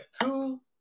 two